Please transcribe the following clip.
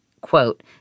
Quote